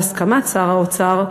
בהסכמת שר האוצר,